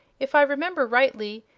if i remember rightly,